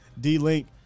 D-Link